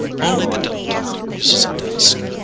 only the dilettante uses a desk.